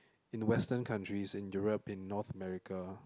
in western countries in Europe in North America